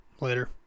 Later